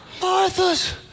Martha's